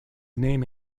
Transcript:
name